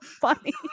funny